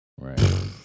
Right